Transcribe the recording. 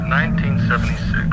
1976